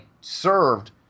served